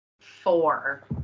four